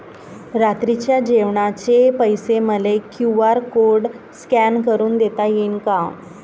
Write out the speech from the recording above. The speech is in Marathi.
रात्रीच्या जेवणाचे पैसे मले क्यू.आर कोड स्कॅन करून देता येईन का?